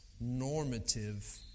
normative